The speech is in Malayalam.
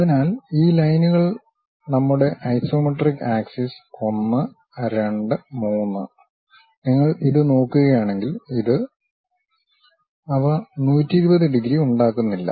അതിനാൽ ഈ ലൈനുകൾ നമ്മുടെ ഐസോമെട്രിക് ആക്സിസ് ഒന്ന് രണ്ട് മൂന്ന് നിങ്ങൾ ഇത് നോക്കുകയാണെങ്കിൽ ഇത് അവ 120 ഡിഗ്രി ഉണ്ടാക്കുന്നില്ല